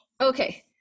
Okay